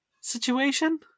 situation